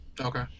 Okay